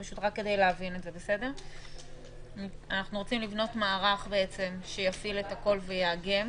פשוט כדי להבין אנחנו רוצים לבנות מערך שיפעיל הכול ויאגם,